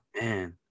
man